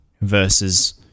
versus